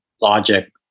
logic